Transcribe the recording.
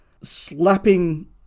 slapping